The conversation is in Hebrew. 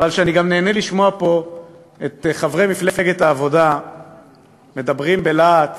שאני גם נהנה לשמוע פה את חברי מפלגת העבודה מדברים בלהט